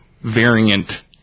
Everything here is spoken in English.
variant